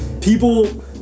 people